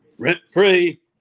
rent-free